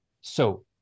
So-